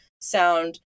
sound